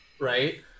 right